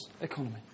economy